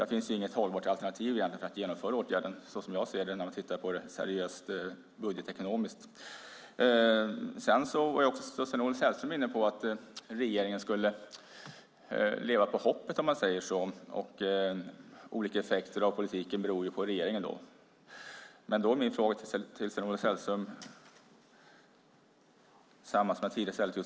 Där finns inget hållbart alternativ att genomföra åtgärden seriöst budgetekonomiskt. Sven-Olof Sällström var inne på att regeringen skulle leva på hoppet. Olika effekter av politiken beror på regeringen. Då ställer jag samma fråga till Sven-Olof Sällström som jag ställde till Josefin Brink.